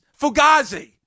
Fugazi